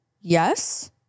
yes